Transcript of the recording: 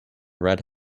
red